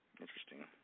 Interesting